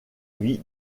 vis